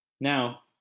Now